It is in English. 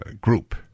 group